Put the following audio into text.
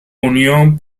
unión